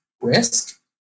risk